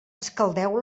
escaldeu